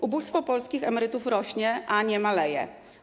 Ubóstwo polskich emerytów rośnie, a nie maleje.